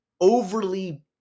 overly